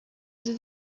sie